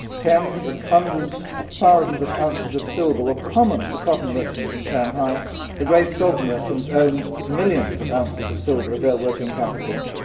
tens and hundreds of thousands of ounces of silver were common for cotton merchants in shanghai the great silk merchants owned millions of ounces of silver as their working capital,